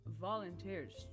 volunteers